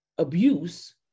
Abuse